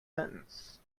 sentence